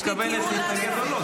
תגידי אם את מתכוונת להתנגד או לא,